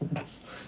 !oops!